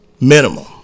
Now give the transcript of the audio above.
minimum